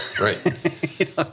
Right